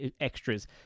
extras